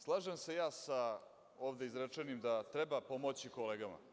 Slažem se ja ovde izrečenim da treba pomoći kolegama.